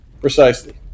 Precisely